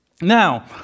Now